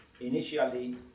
initially